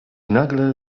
nagle